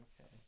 okay